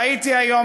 ראיתי היום,